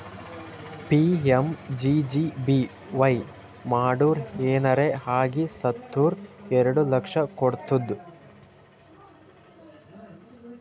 PMJJBY ಮಾಡುರ್ ಏನರೆ ಆಗಿ ಸತ್ತುರ್ ಎರಡು ಲಕ್ಷ ಕೊಡ್ತುದ್